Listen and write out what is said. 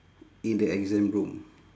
in the exam room